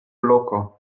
loko